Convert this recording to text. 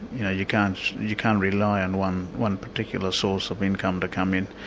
you know you can't you can't rely on one one particular source of income to come in,